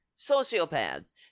sociopaths